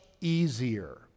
easier